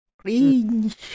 cringe